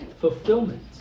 fulfillment